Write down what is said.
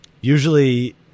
usually